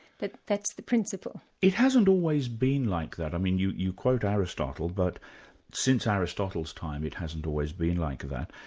but that's the principle. it hasn't always been like that. i mean, you you quote aristotle, but since aristotle's time it hasn't always been like that.